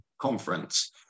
Conference